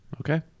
Okay